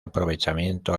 aprovechamiento